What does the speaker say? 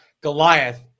goliath